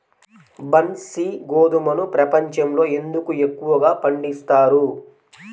బన్సీ గోధుమను ప్రపంచంలో ఎందుకు ఎక్కువగా పండిస్తారు?